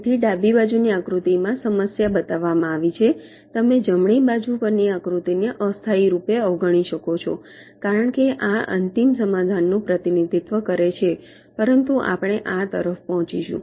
તેથી ડાબી બાજુની આકૃતિમાં સમસ્યા બતાવવામાં આવી છે તમે જમણી બાજુ પરની આકૃતિને અસ્થાયી રૂપે અવગણી શકો છો કારણ કે આ અંતિમ સમાધાનનું પ્રતિનિધિત્વ કરે છે પરંતુ આપણે આ તરફ પહોંચીશું